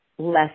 less